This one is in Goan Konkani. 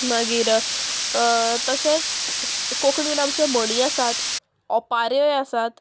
मागीर तशेंच कोंकणीन आमचे म्हणी आसात ओपाऱ्योय आसात